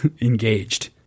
engaged